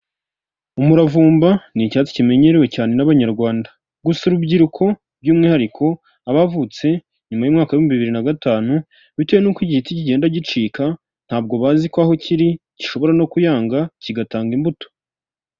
Umuravumba ni icyatsi kimenyerewe cyane n'abanyarwanda. Gusa urubyiruko by'umwihariko abavutse nyuma y'umwaka w'ibihumbi bibiri na gatanu, bitewe nuko iki giti kigenda gicika, ntabwo bazi ko aho kiri gishobora no kuyanga kigatanga imbuto.